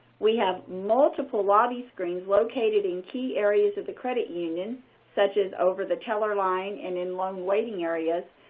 we have multiple lobby screens located in key areas of the credit union such as over the teller line and in loan waiting areas.